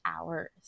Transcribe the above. hours